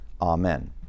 Amen